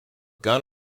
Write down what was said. gun